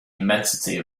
immensity